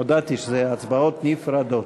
הודעתי שאלו הצבעות נפרדות.